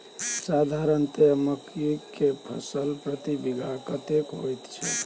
साधारणतया मकई के फसल प्रति बीघा कतेक होयत छै?